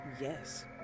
Yes